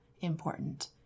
important